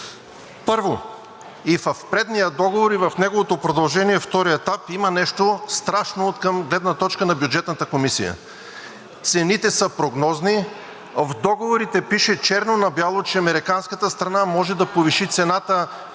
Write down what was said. Първо, и в предния договор, и в неговото продължение – втори етап, има нещо страшно от гледна точка на Бюджетната комисия. Цените са прогнозни. В договорите пише черно на бяло, че американската страна може да повиши цената